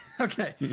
okay